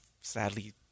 sadly